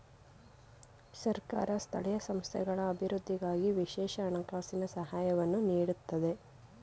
ಸರ್ಕಾರ ಸ್ಥಳೀಯ ಸಂಸ್ಥೆಗಳ ಅಭಿವೃದ್ಧಿಗಾಗಿ ವಿಶೇಷ ಹಣಕಾಸಿನ ಸಹಾಯವನ್ನು ನೀಡುತ್ತದೆ